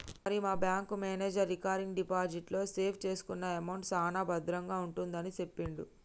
మరి మా bank manager recurring deposit లో సేవ్ చేసుకున్న అమౌంట్ సాన భద్రంగా ఉంటుందని సెప్పిండు